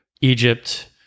Egypt